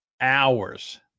hours